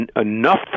enough